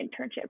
internship